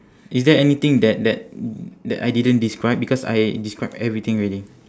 is there anything that that that I didn't describe because I describe everything already